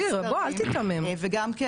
וגם אני